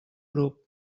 grup